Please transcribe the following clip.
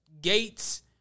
gates